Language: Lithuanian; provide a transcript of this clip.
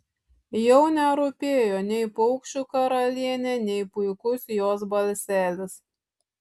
jau nerūpėjo nei paukščių karalienė nei puikus jos balselis